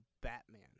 Batman